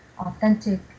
authentic